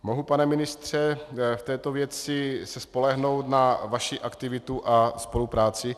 Mohu, pane ministře, se v této věci spolehnout na vaši aktivitu a spolupráci?